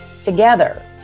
together